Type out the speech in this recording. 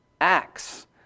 Acts